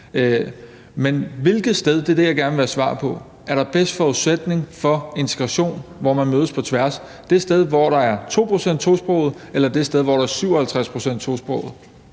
Men hvilket sted – det er det, jeg gerne vil have svar på – er der den bedste forudsætning for integration, hvor man mødes på tværs? Er det det sted, hvor der er 2 pct. tosprogede, eller det sted, hvor der er 57 pct. tosprogede?